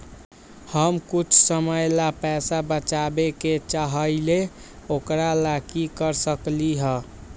हम कुछ समय ला पैसा बचाबे के चाहईले ओकरा ला की कर सकली ह?